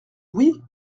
oui